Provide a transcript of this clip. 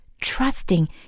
trusting